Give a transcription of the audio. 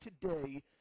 today